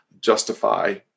justify